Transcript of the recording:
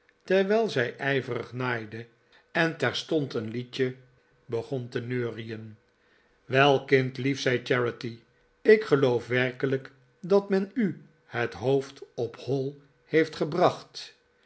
terwijl zij ijverig naaide en terstond een liedje begon te neurien wel kindlief zei charity ik geloof werkelijk dat men u het hoofd op hoi heeft gebracht